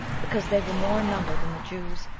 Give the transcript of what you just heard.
because they were more in number than the jews,